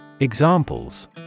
Examples